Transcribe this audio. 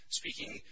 speaking